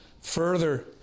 further